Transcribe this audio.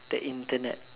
the Internet